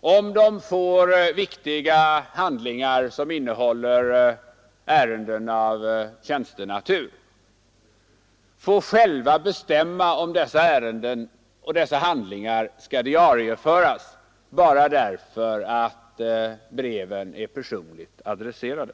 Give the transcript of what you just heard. om de får viktiga handlingar som innehåller ärenden av tjänstenatur, själva få bestämma om dessa ärenden och handlingar skall diarieföras bara därför att breven är personligt adresserade?